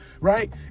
right